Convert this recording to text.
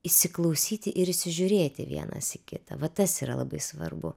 įsiklausyti ir įsižiūrėti vienas į kitą va tas yra labai svarbu